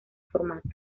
formato